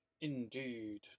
Indeed